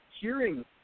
hearing